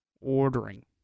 ordering